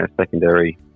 secondary